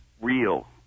real